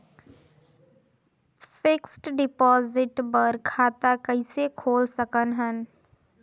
Fixed deposit बर खाता कइसे खोल सकत हन?